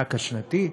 מהמענק השנתי,